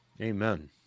Amen